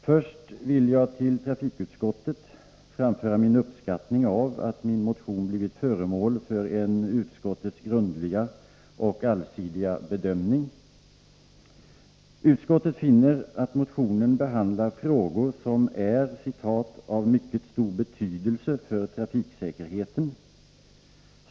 Först vill jag till trafikutskottet framföra min uppskattning av att min motion blivit föremål för utskottets grundliga och allsidiga bedömning. Utskottet finner att motionen behandlar frågor som är ”av mycket stor betydelse för trafiksäkerheten”.